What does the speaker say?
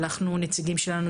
שלחנו נציגים שלנו,